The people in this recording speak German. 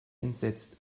entsetzt